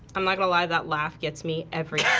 i'm not gonna lie, that laugh gets me every ah